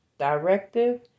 directive